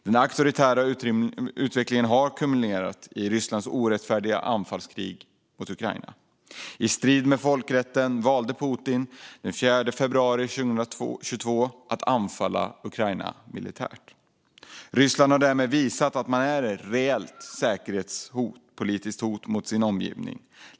Den auktoritära utvecklingen har kulminerat i Rysslands orättfärdiga anfallskrig mot Ukraina. I strid med folkrätten valde Putin den 24 februari 2022 att anfalla Ukraina militärt. Ryssland har därmed visat att man är ett reellt säkerhetspolitiskt hot mot sin omgivning.